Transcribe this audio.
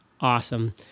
Awesome